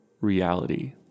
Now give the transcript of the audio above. reality